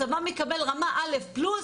הצבא מקבל רמה א' פלוס.